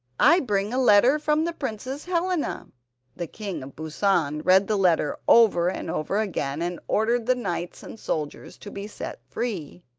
i bring a letter from the princess helena the king of busan read the letter over and over again, and ordered the knights and soldiers to be set free.